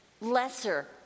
lesser